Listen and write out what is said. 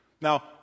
Now